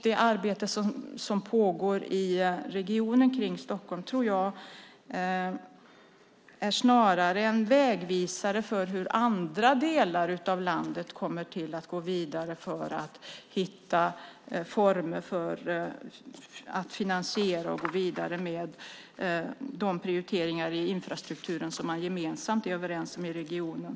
Det arbete som pågår i regionen runt Stockholm, i Stockholms län, är snarare en vägvisare för hur andra delar av landet kommer att hitta former för att finansiera och gå vidare med de prioriteringar i infrastrukturen som man är gemensamt överens om i regionen.